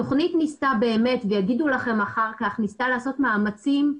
התכנית ניסתה באמת ויאמרו לכם אחר כך לעשות מאמצים,